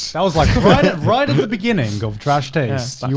that was like right at the beginning of trash taste.